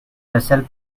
yourself